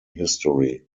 history